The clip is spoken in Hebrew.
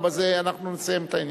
ובזה אנחנו נסיים את העניין.